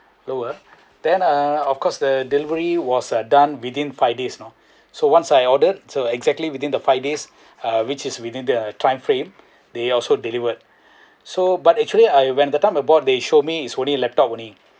lower then uh of course the delivery was uh done within five days you know so once I ordered so exactly within the five days uh which is within the time frame they also delivered so but actually I when the time I bought they show me is only laptop only